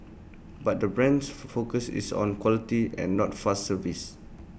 but the brand's focus is on quality and not fast service